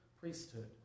priesthood